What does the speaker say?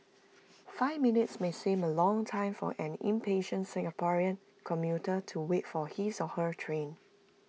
five minutes may seem A long time for an impatient Singaporean commuter to wait for his or her train